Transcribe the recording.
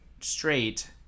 straight